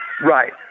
right